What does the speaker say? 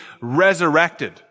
resurrected